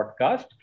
Podcast